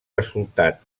resultat